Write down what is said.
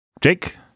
Jake